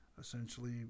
essentially